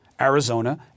Arizona